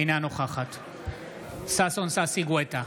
אינה נוכחת ששון ששי גואטה,